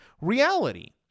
reality